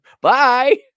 Bye